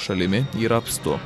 šalimi yra apstu